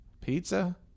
pizza